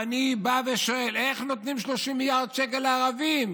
ואני שואל: איך נותנים 30 מיליארד שקל לערבים?